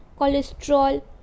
cholesterol